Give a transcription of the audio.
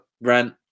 rent